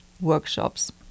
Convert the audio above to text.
workshops